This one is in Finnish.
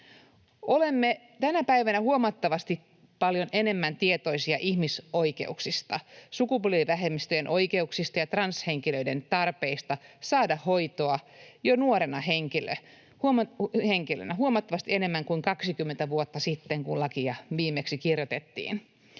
Olemme tänä päivänä paljon enemmän tietoisia ihmisoikeuksista, sukupuolivähemmistöjen oikeuksista ja transhenkilöiden tarpeista saada hoitoa jo nuorena henkilönä, huomattavasti enemmän kuin 20 vuotta sitten, kun lakia viimeksi kirjoitettiin.